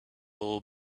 will